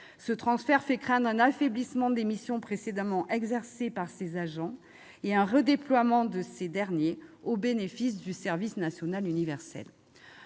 Ce transfert fait craindre un affaiblissement des missions précédemment exercées par ces agents et un redéploiement de ces derniers au bénéfice du service national universel